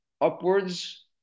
upwards